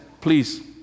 please